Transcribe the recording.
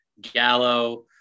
Gallo